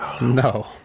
No